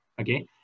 okay